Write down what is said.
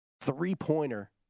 three-pointer